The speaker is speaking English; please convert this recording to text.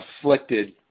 afflicted